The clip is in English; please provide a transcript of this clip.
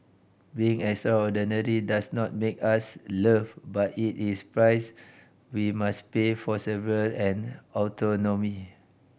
being extraordinary does not make us loved but it is price we must pay for survival and autonomy